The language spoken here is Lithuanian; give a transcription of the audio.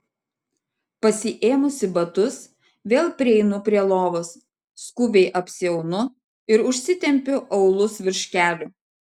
pasiėmusi batus vėl prieinu prie lovos skubiai apsiaunu ir užsitempiu aulus virš kelių